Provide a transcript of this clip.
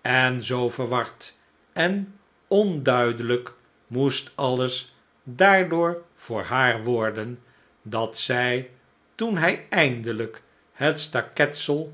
en zoo verward en onduidelijk moest alles daardoor voor haar worden dat zij toen hij eindelijk het